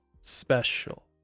special